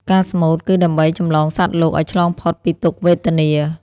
ការស្មូត គឺដើម្បីចម្លងសត្វលោកឱ្យឆ្លងផុតពីទុក្ខវេទនា។